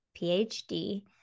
phd